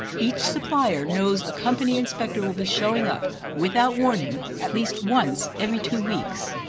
each supplier knows a company inspector will be showing up, without warning, at least once every two weeks.